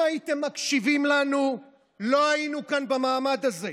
אם הייתם מקשיבים לנו לא היינו כאן במעמד הזה.